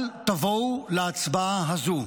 אל תבואו להצבעה הזאת,